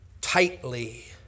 tightly